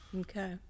Okay